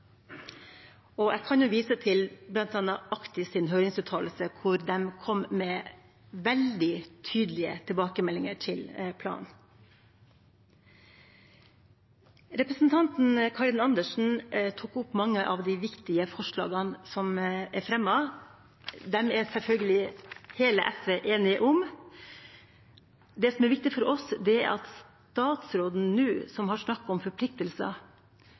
plass. Jeg kan bl.a. vise til Actis’ høringsuttalelse, hvor de kom med veldig tydelige tilbakemeldinger om planen. Representanten Karin Andersen tok opp noen av de viktige forslagene som er fremmet. Dem er selvfølgelig alle i SV enige om. Det som er viktig for oss, er at statsråden, som har snakket om forpliktelser,